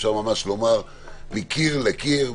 אפשר ממש לומר מקיר לקיר.